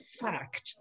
fact